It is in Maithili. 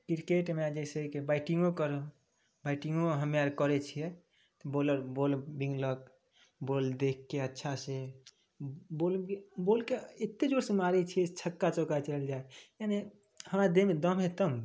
किरकेटमे जइसेकि बैटिन्गो करू बैटिन्गो हमे आर करै छिए बॉलर बॉल बिङ्गलक बॉल देखिके अच्छासे बॉ बॉलके एतेक जोरसँ मारै छिए छक्का चौका चलि जाए यानि हमरा देहमे दम हइ तब ने